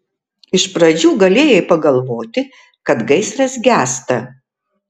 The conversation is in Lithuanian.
iš pradžių galėjai pagalvoti kad gaisras gęsta